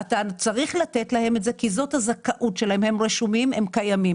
אתה צריך לתת את זה כי זאת הזכאות שלהם והם רשומים וקיימים.